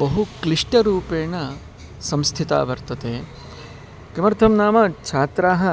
बहुक्लिष्टरूपेण संस्थिता वर्तते किमर्थं नाम छात्राः